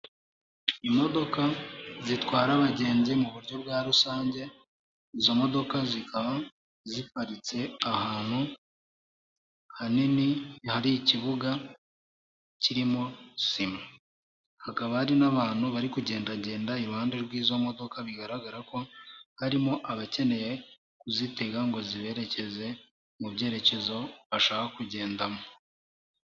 Imodoka zitwara abagenzi mu buryo bwa rusange, izo modoka zikaba ziparitse ahantu hanini hari ikibuga kirimo sima. Hakaba, hakaba hari n'abantu bari kugendagenda iruhande rw'izo modoka bigaragara ko harimo abakeneye kuzitega ngo zibererekeze mu byerekezo bashaka kugendamo.